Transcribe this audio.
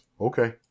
okay